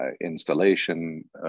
installation